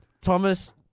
Thomas